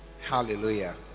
hallelujah